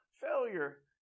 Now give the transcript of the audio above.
failure